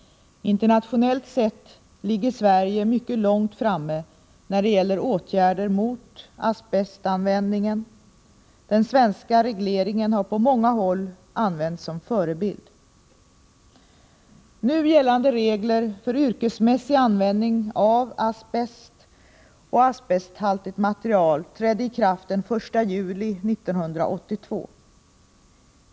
Internationellt sett ligger Sverige mycket långt framme när det gäller åtgärder mot asbestanvändningen. Den svenska regleringen har på många håll använts som förebild. Nu gällande regler för yrkesmässig användning av asbest och asbesthaltigt material trädde i kraft den 1 juli 1982.